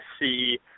see